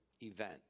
event